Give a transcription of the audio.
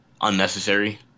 unnecessary